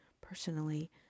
personally